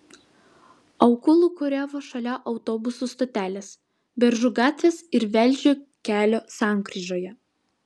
aukų lūkuriavo šalia autobusų stotelės beržų gatvės ir velžio kelio sankryžoje